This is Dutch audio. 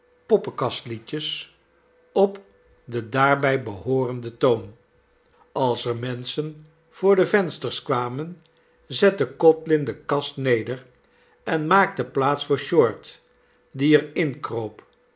poppekastliedjes op den daarbij behoorenden toon als er menschen voor de vensters kwamen zette codlin de kast neder en maakte plaats voor short die er inkroop